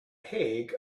hague